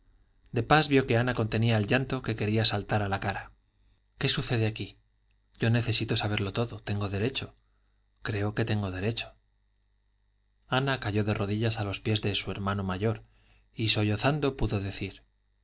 de pas vio que ana contenía el llanto que quería saltar a la cara qué sucede aquí yo necesito saberlo todo tengo derecho creo que tengo derecho ana cayó de rodillas a los pies de su hermano mayor y sollozando pudo decir